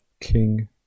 king